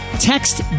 Text